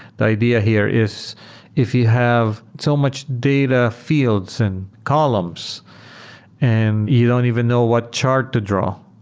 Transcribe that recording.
the idea here is if you have so much data fields and columns and you don't even know what chart to draw.